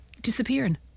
disappearing